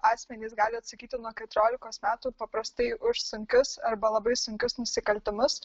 asmenys gali atsakyti nuo keturiolikos metų paprastai už sunkius arba labai sunkius nusikaltimus